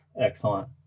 excellent